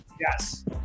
Yes